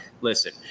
listen